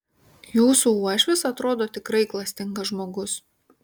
jūsų uošvis atrodo tikrai klastingas žmogus